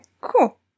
Cool